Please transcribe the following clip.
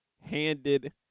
handed –